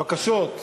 בקשות.